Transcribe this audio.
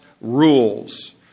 rules